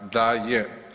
Da je.